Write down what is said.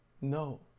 No